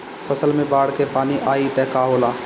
फसल मे बाढ़ के पानी आई त का होला?